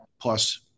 plus